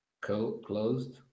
closed